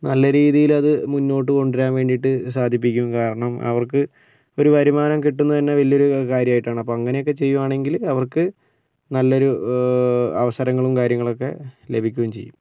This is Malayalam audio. നല്ല രീതിയില് അത് മുന്നോട്ട് കൊണ്ടുവരാൻ വേണ്ടിയിട്ട് സാധിപ്പിക്കും കാരണം അവർക്ക് ഒരു വരുമാനം കിട്ടുന്നത് തന്നെ വലിയ ഒരു കാര്യമായിട്ടാണ് അപ്പോൾ അങ്ങനെ ഒക്കെ ചെയ്യുവാണെങ്കില് അവർക്ക് നല്ലൊരു അവസരങ്ങളും കാര്യങ്ങളൊക്കെ ലഭിക്കുകയും ചെയ്യും